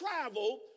travel